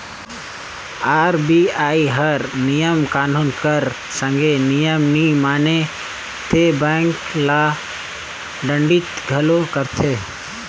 RBI हर नियम कानून कर संघे नियम नी माने ते बेंक ल दंडित घलो करथे